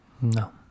No